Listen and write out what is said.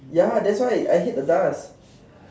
ya that's why I hate the dust